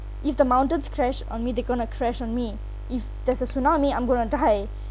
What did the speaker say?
if the mountains crashed on me they're going to crash on me if there's a tsunami I'm going to die